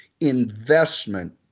investment